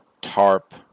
Tarp